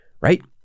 right